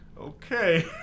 Okay